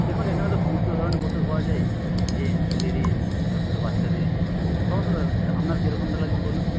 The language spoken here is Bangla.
দেখুন এখানে তো সমস্ত ধরণের পোশাক পাওয়া যায় জেন্টস লেডিস ছোটো ছোটো বাচ্চাদের সমস্ত ধরণের আপনার কেরকমটা লাগবে বলুন